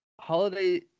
holiday